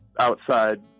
outside